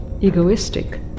egoistic